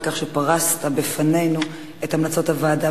על כך שפרסת בפנינו את המלצות הוועדה.